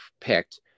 picked